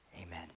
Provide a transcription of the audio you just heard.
Amen